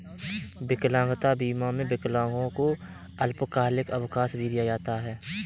विकलांगता बीमा में विकलांगों को अल्पकालिक अवकाश भी दिया जाता है